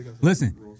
Listen